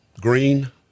green